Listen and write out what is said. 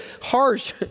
harsh